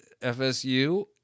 FSU